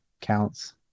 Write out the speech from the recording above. counts